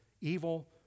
evil